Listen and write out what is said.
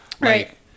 right